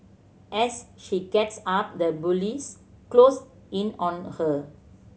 as she gets up the bullies close in on her